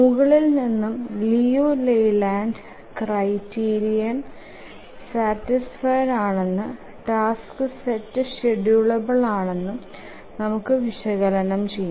മുകളിൽ നിന്നും Liu Layland criterion satisfied ആയെന്നു ടാസ്ക് സെറ്റ് ഷ്ഡ്യൂളബിൽ ആണെന്നും നമുക്ക് വിശകലനം ചെയാം